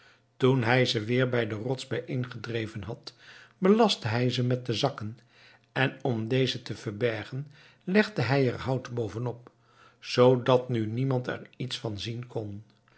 toen hij ze weer bij de rots bijeengedreven had belastte hij ze met de zakken en om deze te verbergen legde hij er hout bovenop zoodat nu niemand er iets van zien kon